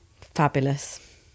Fabulous